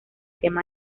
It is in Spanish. tema